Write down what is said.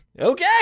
Okay